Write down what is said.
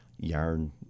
yarn